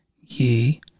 ye